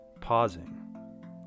Pausing